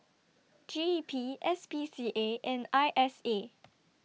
G E P S P C A and I S A